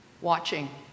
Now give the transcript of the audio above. watching